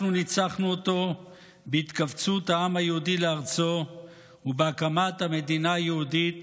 אנחנו ניצחנו אותו בהתקבצות העם היהודי בארצו ובהקמת המדינה היהודית